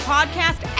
Podcast